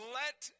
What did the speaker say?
let